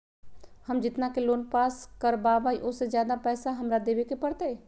हम जितना के लोन पास कर बाबई ओ से ज्यादा पैसा हमरा देवे के पड़तई?